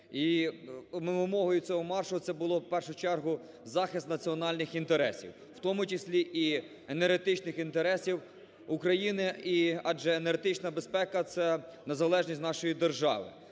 і вимогою цього маршу – це було в першу чергу захист національних інтересів. В тому числі і енергетичних інтересів України, адже енергетична безпека – це незалежність нашої держави.